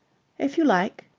if you like.